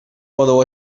podeu